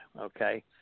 okay